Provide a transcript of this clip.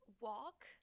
walk